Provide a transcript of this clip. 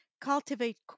Cultivate